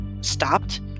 stopped